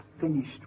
finished